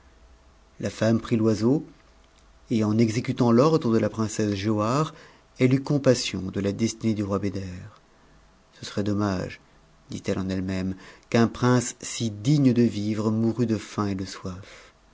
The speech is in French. la femme prit l'oiseau et en exécutant l'ordre de la princesse giaubare elle eut compassion de la destinée du roi beder ce serait dommage dit-elle en eue même qu'un prince si digne de vivre mourût de faim et de soif